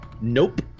Nope